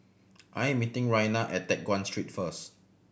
I am meeting Rayna at Teck Guan Street first